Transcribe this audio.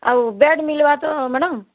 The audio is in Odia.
ଆଉ ବେଡ଼ ମିଲ୍ବା ତ ମ୍ୟାଡ଼ମ୍